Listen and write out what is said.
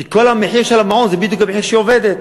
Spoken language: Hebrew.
כי המחיר של המעון הוא בדיוק כל המחיר שהיא מקבלת,